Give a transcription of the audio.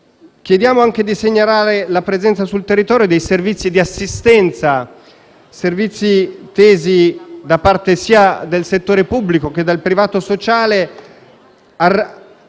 Chiediamo anche di segnalare la presenza sul territorio dei servizi di assistenza, tesi, da parte sia del settore pubblico che del privato sociale,